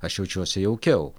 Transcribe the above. aš jaučiuosi jaukiau